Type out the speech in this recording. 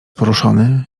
poruszony